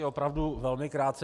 Opravdu velmi krátce.